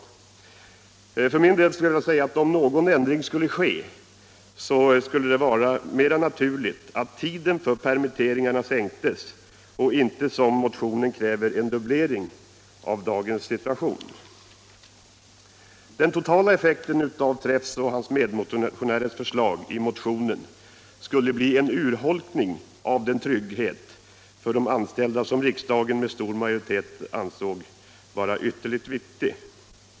Jag vill för min del emellertid säga, att om någon ändring skulle göras vore det mera naturligt att tiden för permitteringar sänktes, inte som motionen kräver en dubblering av vad som i dag gäller. Den totala effekten av herr Träffs och hans medmotionärers förslag skulle bli en urholkning av den trygghet för de anställda som riksdagen med stor majoritet ansåg vara ytterst viktig.